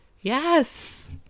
Yes